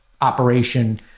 operation